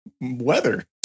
weather